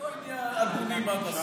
בואי נהיה הגונים עד הסוף.